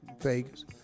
Vegas